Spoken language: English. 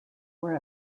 were